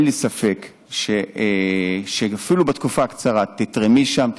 אין לי ספק שאפילו בתקופה הקצרה את תתרמי שם,